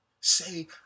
Say